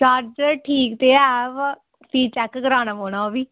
charger ठीक ते है बा भी चैक्क कराना पौना ओह्बी